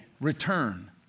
return